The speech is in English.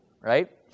right